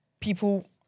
people